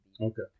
Okay